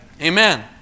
Amen